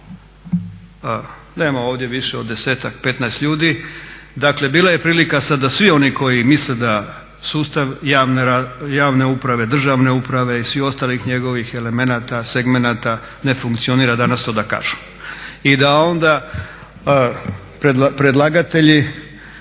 Nema ovdje više od 10-ak, 15 ljudi. Dakle bila je prilika sada da svi oni koji misle da sustav javne uprave, državne uprave i svih ostalih njegovih elemenata, segmenata, ne funkcionira danas to da kažu. I da onda predlagatelji